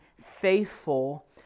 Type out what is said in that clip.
faithful